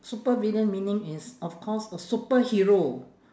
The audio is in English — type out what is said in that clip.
supervillain meaning it's of course a superhero